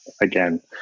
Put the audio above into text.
again